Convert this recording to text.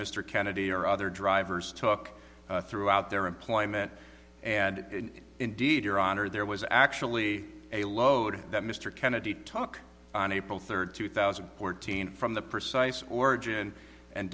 mr kennedy or other drivers talk throughout their employment and indeed your honor there was actually a load that mr kennedy talk on april third two thousand and fourteen from the precise origin and